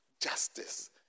justice